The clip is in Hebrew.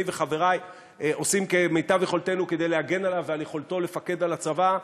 אני וחברי עושים כמיטב יכולתנו כדי להגן עליו ועל יכולתו לפקד על הצבא,